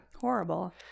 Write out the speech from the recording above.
Horrible